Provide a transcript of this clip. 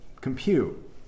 compute